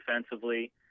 defensively